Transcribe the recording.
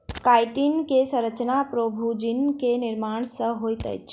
chitin के संरचना प्रोभूजिन के निर्माण सॅ होइत अछि